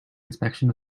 inspection